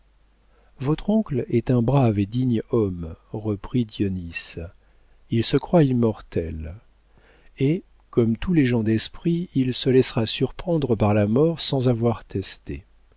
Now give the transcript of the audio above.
votre oncle est un brave et digne homme reprit dionis il se croit immortel et comme tous les gens d'esprit il se laissera surprendre par la mort sans avoir